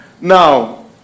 Now